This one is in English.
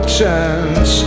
chance